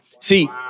see